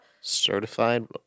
Certified